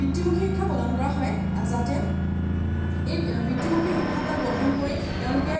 বৃত্তিমুখী শিক্ষা প্ৰদান কৰা হয় যাতে এই বৃত্তিমুখী শিক্ষাবিলাক গ্ৰহণ কৰি তেওঁলোকে